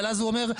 אבל אז הוא אומר,